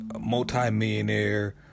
multi-millionaire